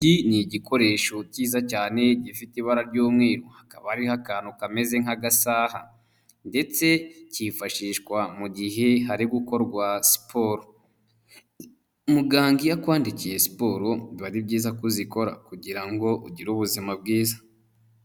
Iki ni igikoresho cyiza cyane gifite ibara ry'umweru hakaba hariho akantu kameze nk'agasaha ndetse kifashishwa mu gihe hari gukorwa siporo. Muganga iyo akwandikiye siporo biba ari byiza ko uzikora kugira ngo ugire ubuzima bwiza.